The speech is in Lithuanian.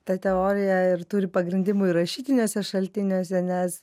ta teorija ir turi pagrindimų ir rašytiniuose šaltiniuose nes